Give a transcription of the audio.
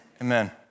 Amen